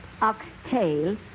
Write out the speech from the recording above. Oxtail